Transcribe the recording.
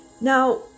Now